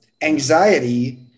Anxiety